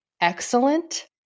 excellent